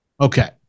Okay